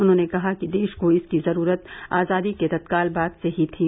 उन्होंने कहा कि देश को इसकी जरूरत आजादी के तत्काल बाद से ही थी